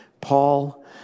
Paul